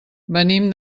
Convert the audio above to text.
venim